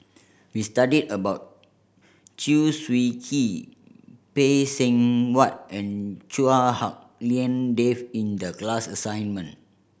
we studied about Chew Swee Kee Phay Seng Whatt and Chua Hak Lien Dave in the class assignment